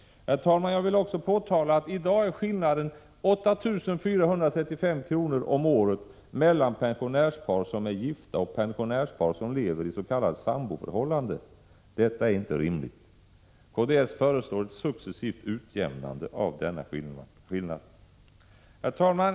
Herr talman! Jag vill också påtala att skillnaden i dag är 8 435 kr. per år mellan pensionärspar som är gifta och pensionärspar som lever i s.k. samboförhållande. Detta är inte rimligt. Kds föreslår ett successivt utjämnande av denna skillnad. Herr talman!